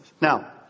Now